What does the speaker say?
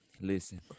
listen